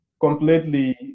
completely